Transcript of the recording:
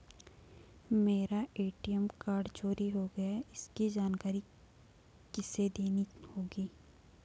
मेरा ATM card चोरी हो गया है इसकी जानकारी किसे देनी होगी?